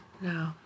No